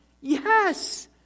yes